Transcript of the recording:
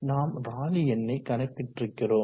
நாம் ராலி எண்ணை கணக்கிட்டிருக்கிறோம்